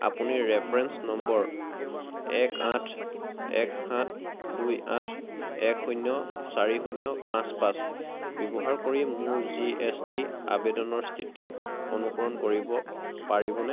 আপুনি reference number এক আঠ এক সাত দুই আঠ এক শূন্য চাৰি শূন্য পাঁচ পাঁচ ব্যৱহাৰ কৰি মোৰ জি এছ টি আবেদনৰ স্থিতি অনুসৰণ কৰিব পাৰিবনে